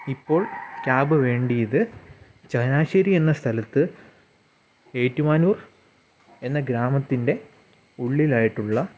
ഇപ്പോൾ ക്യാബ് വേണ്ടിയത് ചങ്ങനാശ്ശേരി എന്ന സ്ഥലത്ത് ഏറ്റുമാനൂർ എന്ന ഗ്രാമത്തിന്റെ ഉള്ളിലായിട്ടുള്ള